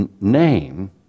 name